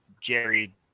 Jerry